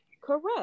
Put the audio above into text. correct